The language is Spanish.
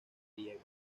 griega